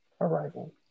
Arrival